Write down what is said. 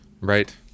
Right